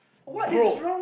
bro